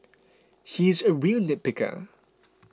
he is a real nitpicker